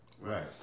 Right